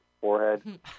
forehead